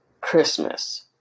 Christmas